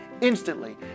Instantly